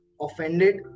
offended